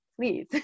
please